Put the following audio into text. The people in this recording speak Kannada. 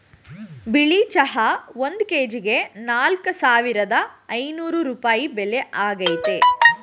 ಬಿಳಿ ಚಹಾ ಒಂದ್ ಕೆಜಿಗೆ ನಾಲ್ಕ್ ಸಾವಿರದ ಐನೂರ್ ರೂಪಾಯಿ ಬೆಲೆ ಆಗೈತೆ